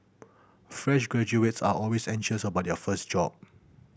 fresh graduates are always anxious about their first job